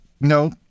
no